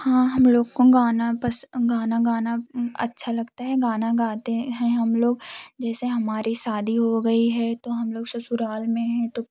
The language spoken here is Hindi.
हाँ हम लोग को गाना पसंद गाना गाना अच्छा लगता है गाना गाते है हम लोग जैसे हमारी शादी हो गई है तो हम लोग ससुराल में हैं तो